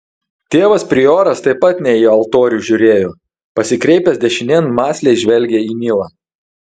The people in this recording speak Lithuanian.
tėvas prioras taip pat ne į altorių žiūrėjo pasikreipęs dešinėn mąsliai žvelgė į nilą